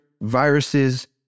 viruses